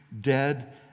dead